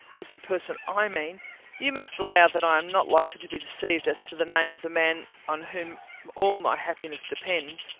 is the person i mean you must allow that i am not likely to be deceived as to the name of the man on who all my happiness depends.